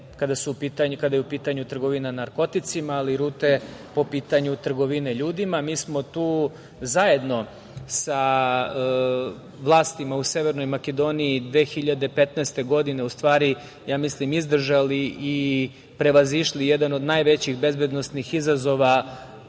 kada je u pitanju trgovina narkoticima, ali rute po pitanju trgovine ljudima. Mi smo tu zajedno sa vlastima u Severnoj Makedoniji 2015. godine, u stvari ja mislim izdržali i prevazišli jedan od najvećih bezbednosnih izazova